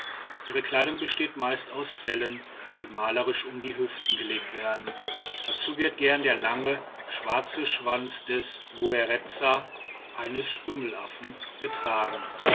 ihre kleidung besteht meist aus fellen die malerisch um die hüften gelegt werden dazu wird gern der lange schwarze schwanz des guereza eines stummelaffen getragen